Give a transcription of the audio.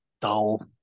dull